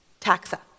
taxa